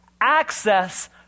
access